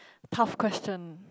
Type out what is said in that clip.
tough question